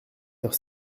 heure